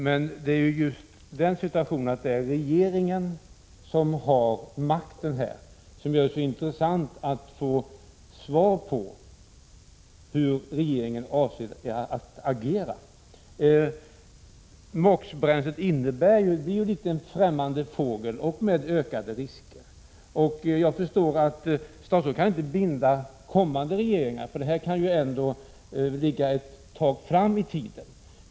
Fru talman! Just det förhållandet att det är regeringen som har makten här gör det intressant att få svar på hur regeringen avser att agera. MOX-bränslet är ju en främmande fågel som medför ökade risker. Jag förstår att statsrådet inte kan binda kommande regeringar, för här handlar det om någonting som kan ligga ett tag fram i tiden.